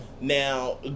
Now